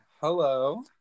hello